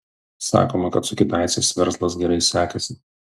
sakoma kad su kitaicais verslas gerai sekasi